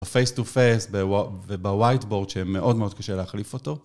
בפייס טו פייס ובווייטבורד שמאוד מאוד קשה להחליף אותו.